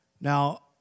Now